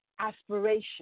aspiration